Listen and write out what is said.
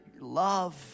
love